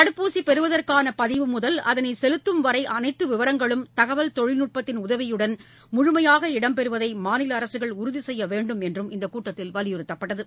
தடுப்பூசிபெறுவதற்கானபதிவு அதனைசெலுத்தும் வரைஅனைத்துவிவரங்களும் தகவல் முதல் தொழில்நுட்பத்தின் உதவியுடன் முழுமையாக இடம்பெறுவதைமாநிலஅரசுகள் உறுதிசெய்யவேண்டும் என்றும் இந்தக் கூட்டத்தில் வலியுறுத்தப்பட்டது